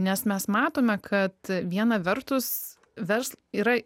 nes mes matome kad viena vertus vers yra